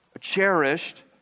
cherished